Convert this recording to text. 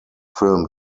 film